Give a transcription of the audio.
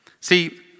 See